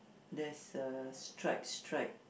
there's a stripe stripe